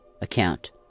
account